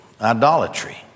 idolatry